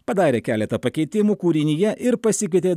padarė keletą pakeitimų kūrinyje ir pasikvietė